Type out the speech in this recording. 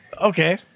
Okay